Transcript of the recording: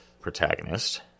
protagonist